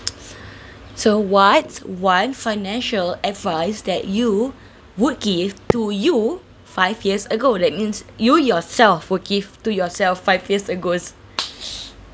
so what's one financial advice that you would give to you five years ago that means you yourself will give to yourself five years ago s~